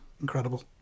incredible